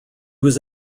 was